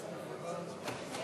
הצעת האי-אמון של המחנה הציוני